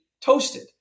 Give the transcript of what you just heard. toasted